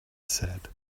said